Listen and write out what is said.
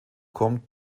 kommt